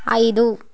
ఐదు